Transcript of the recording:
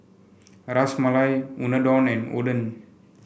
Ras Malai Unadon and Oden